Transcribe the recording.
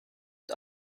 und